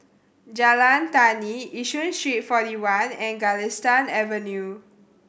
Jalan Tani Yishun Street Forty One and Galistan Avenue